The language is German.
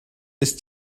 ist